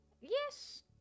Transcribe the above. Yes